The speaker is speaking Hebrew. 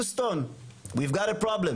Houston we have a problem.